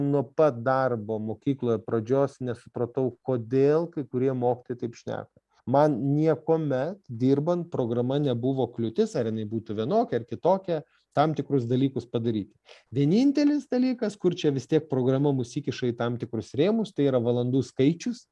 nuo pat darbo mokykloje pradžios nesupratau kodėl kai kurie mokytojai taip šneka man niekuomet dirbant programa nebuvo kliūtis ar jinai būtų vienokia ar kitokia tam tikrus dalykus padaryti vienintelis dalykas kur čia vis tiek programa mus įkiša į tam tikrus rėmus tai yra valandų skaičius